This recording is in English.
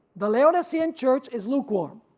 the laodicean church is lukewarm.